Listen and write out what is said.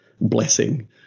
blessing